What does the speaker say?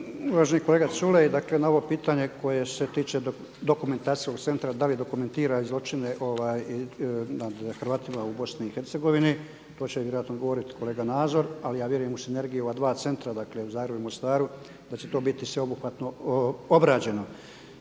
Uvaženi kolega Culej, drugo pitanje koje se tiče dokumentacijskog centra, da li dokumentira zločine nad Hrvatima u Bosni i Hercegovini, to će vjerojatno govoriti kolega Nazor, ali ja vjerujem u sinergiju ova dva centra dakle u Zagrebu i Mostaru da će to biti sveobuhvatno obrađeno.